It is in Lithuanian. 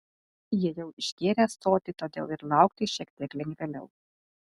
jie jau išgėrę ąsotį todėl ir laukti šiek tiek lengvėliau